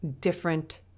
different